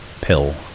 pill